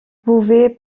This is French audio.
pouvez